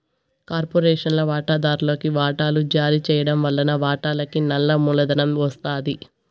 కార్పొరేషన్ల వాటాదార్లుకి వాటలు జారీ చేయడం వలన వాళ్లకి నల్ల మూలధనం ఒస్తాది